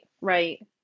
right